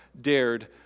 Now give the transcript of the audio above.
dared